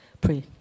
pray